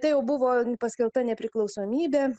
tai jau buvo paskelbta nepriklausomybė